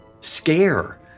scare